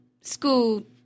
school